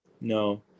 No